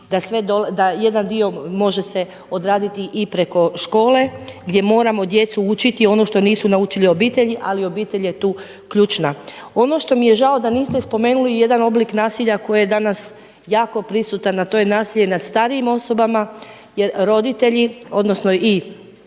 da jedan dio može se odraditi i preko škole gdje moramo djecu učiti ono što nisu naučili u obitelji, ali obitelj je tu ključna. Ono što mi je žao da niste spomenuli jedan oblik nasilja koje je danas jako prisutan, a to je nasilje nad starijim osobama jer roditelji odnosno i